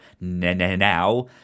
now